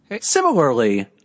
Similarly